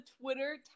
Twitter